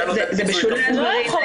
זה בשולי הדברים.